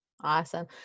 awesome